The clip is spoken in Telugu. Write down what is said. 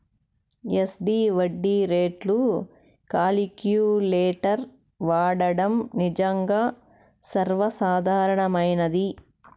ఎస్.డి వడ్డీ రేట్లు కాలిక్యులేటర్ వాడడం నిజంగా సర్వసాధారణమైనది